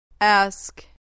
Ask